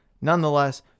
nonetheless